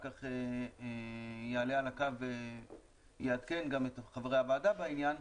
כך יעלה על הקו ויעדכן גם את חברי הוועדה בעניין,